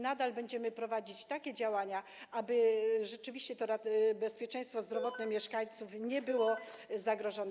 Nadal będziemy prowadzić takie działania, aby rzeczywiście to bezpieczeństwo zdrowotne mieszkańców nie było zagrożone.